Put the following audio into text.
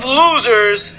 losers